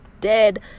dead